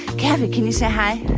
calvy, can you say hi?